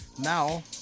now